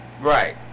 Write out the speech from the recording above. Right